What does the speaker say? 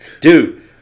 dude